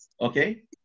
Okay